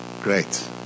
great